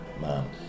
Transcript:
man